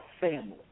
family